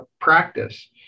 practice